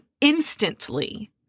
instantly